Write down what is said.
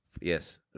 Yes